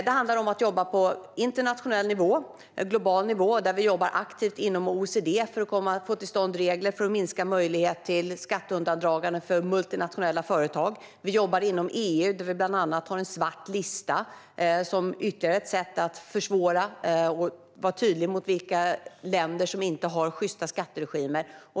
Det handlar om att jobba på internationell nivå - global nivå. Vi jobbar aktivt inom OECD för att få till stånd regler för att minska möjligheterna till skatteundandragande för multinationella företag. Vi jobbar inom EU, där vi bland annat har en svart lista som ytterligare ett sätt att försvåra detta och vara tydliga med vilka länder som inte har sjysta skatteregimer.